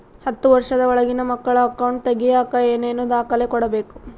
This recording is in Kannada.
ಹತ್ತುವಷ೯ದ ಒಳಗಿನ ಮಕ್ಕಳ ಅಕೌಂಟ್ ತಗಿಯಾಕ ಏನೇನು ದಾಖಲೆ ಕೊಡಬೇಕು?